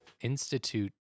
institute